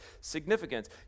significance